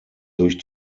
durch